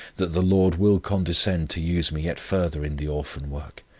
that the lord will condescend to use me yet further in the orphan work.